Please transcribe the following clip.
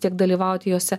tiek dalyvauti jose